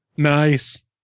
nice